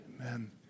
Amen